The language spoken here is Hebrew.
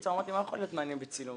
אמרתי, מה יכול להיות מעניין בצילום?